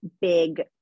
big